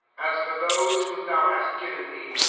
as for those whom thou hast given me,